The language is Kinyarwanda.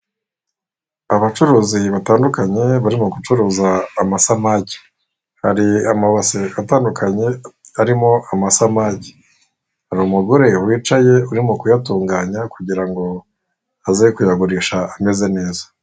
Abacuruzi batandukanye barimo gucuruza amasamake, hari amabase atandukanye arimo amasamake, hari umugore wicaye urimo kuyatunganya kugira ngo aze kuyagurisha ameze neza.